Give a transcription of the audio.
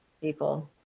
people